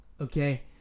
okay